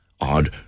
odd